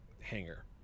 hangar